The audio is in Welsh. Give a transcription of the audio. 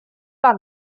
fan